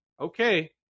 okay